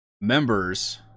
members